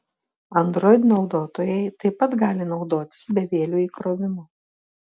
android naudotojai taip pat gali naudotis bevieliu įkrovimu